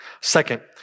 Second